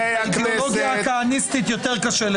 את האידיאולוגיה הכהניסטית יותר קשה.